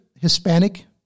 Hispanic